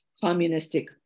communistic